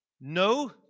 no